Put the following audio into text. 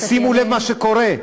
ושימו לב למה שקורה: